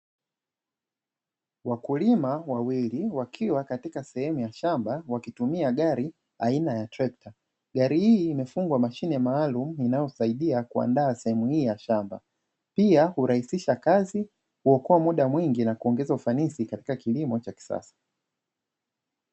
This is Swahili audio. Wakulima wawili wakiwa katika sehemu ya shamba wakitumia gari aina ya trekta, gari hii imefungwa mashine maalumu inayosaidia kuandaa sehemu hii ya shamba, pia hurahisisha kazi, huokoa muda mwingi na kuongez ufanisi katika kilimo cha kisasa.